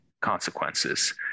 consequences